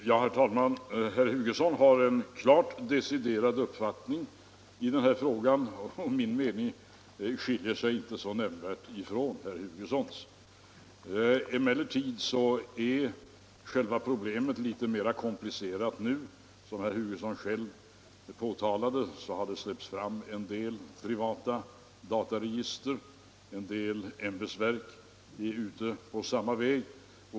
Herr talman! Herr Hugosson har en klart deciderad uppfattning i den här frågan, och min mening skiljer sig inte nämnvärt från herr Hugossons. Emellertid är själva problemet litet mera komplicerat nu. Som herr Hugosson själv påpekade har det släppts fram en del privata dataregister, och en del ämbetsverk är ute på samma väg.